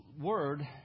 word